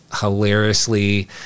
hilariously